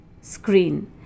screen